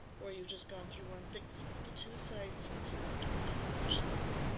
where you've just gone through one thickness, but at the two side seams you want to accomplish this.